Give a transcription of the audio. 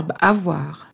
Avoir